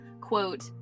quote